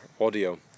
audio